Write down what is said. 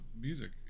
music